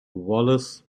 wallace